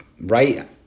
right